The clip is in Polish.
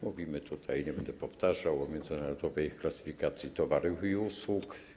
Mówimy tutaj, nie będę powtarzał, o międzynarodowej klasyfikacji towarów i usług.